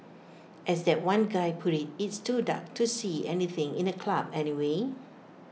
as that one guy put IT it's too dark to see anything in A club anyway